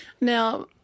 Now